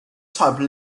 type